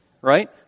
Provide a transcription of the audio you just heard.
right